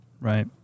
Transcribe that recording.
right